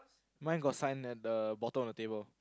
my got sign at the bottom of table